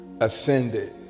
ascended